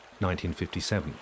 1957